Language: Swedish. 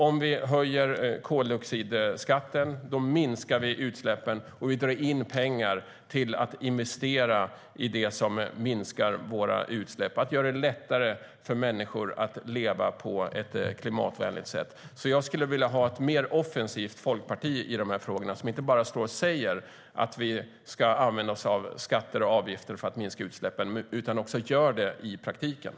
Om vi höjer koldioxidskatten minskar vi utsläppen och drar in pengar till att investera i det som minskar våra utsläpp, att göra det lättare för människor att leva på ett klimatvänligt sätt. Jag skulle i de här frågorna vilja ha ett mer offensivt folkparti som inte bara står och säger att vi ska använda oss av skatter och avgifter för att minska utsläppen utan också gör det i praktiken.